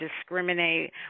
discriminate